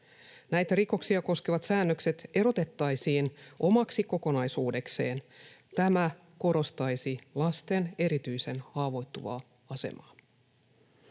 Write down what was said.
Näitä rikoksia koskevat säännökset erotettaisiin omaksi kokonaisuudekseen. Tämä korostaisi lasten erityisen haavoittuvaa asemaa.